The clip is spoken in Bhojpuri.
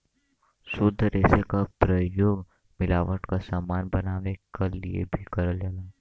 शुद्ध रेसे क प्रयोग मिलावट क समान बनावे क लिए भी करल जाला